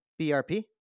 BRP